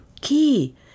Key